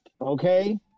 okay